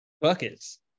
buckets